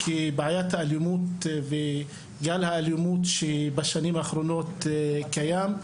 כי בעיית האלימות וגל האלימות שבשנים האחרונות שקיים,